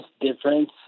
difference